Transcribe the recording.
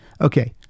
Okay